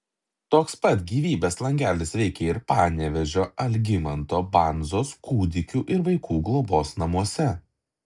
toks pat gyvybės langelis veikia ir panevėžio algimanto bandzos kūdikių ir vaikų globos namuose